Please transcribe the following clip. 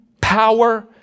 power